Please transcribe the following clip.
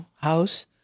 house